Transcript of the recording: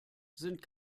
sind